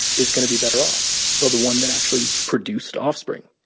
is going to be better off? well, the one that actually produced offspring,